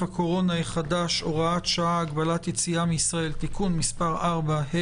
הקורונה החדש (הוראת שעה) (הגבלת היציאה מישראל) (תיקון מס' 4),